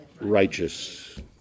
righteous